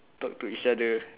talk to each other